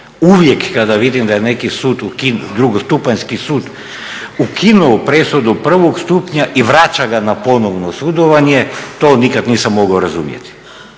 uvijek kada vidim da je neki sud, drugostupanjski sud ukinuo presudu prvog stupnja i vraća ga na ponovno sudovanje, to nikad nisam mogao razumjeti.